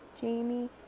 jamie